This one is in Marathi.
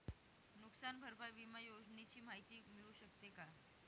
नुकसान भरपाई विमा योजनेची माहिती मिळू शकते का?